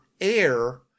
air